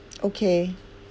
okay